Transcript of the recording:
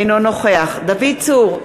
אינו נוכח דוד צור,